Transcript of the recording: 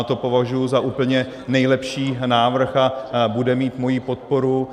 To považuji za úplně nejlepší návrh a bude mít moji podporu.